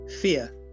fear